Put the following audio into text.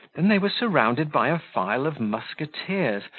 than they were surrounded by a file of musqueteers,